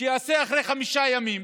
שיעשה אחרי חמישה ימים